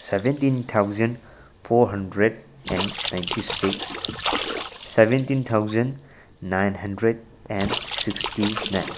seventeen thousand four hundred and ninety six seventeen thousand nine hundred and sixty nine